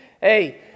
hey